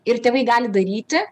ir tėvai gali daryti